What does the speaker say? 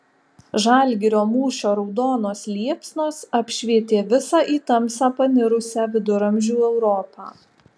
žalgirio mūšio raudonos liepsnos apšvietė visą į tamsą panirusią viduramžių europą